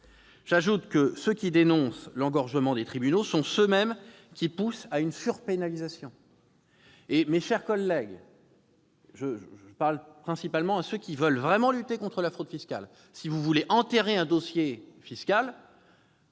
J'ajoute que ceux qui dénoncent l'engorgement des tribunaux sont ceux-là mêmes qui poussent à une surpénalisation. Mes chers collègues- je m'adresse principalement à ceux qui veulent vraiment lutter contre la fraude fiscale -, si vous voulez enterrer un dossier,